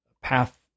path